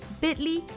bit.ly